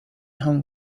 hong